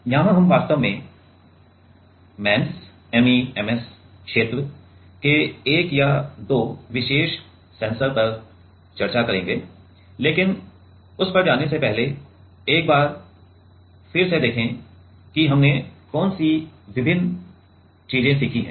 अब यहां हम वास्तव में MEMS क्षेत्र के एक या दो विशेष सेंसर पर चर्चा करेंगे लेकिन उस पर जाने से पहले एक बार फिर से देखें कि हमने कौन सी विभिन्न चीजें सीखी हैं